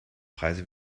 preise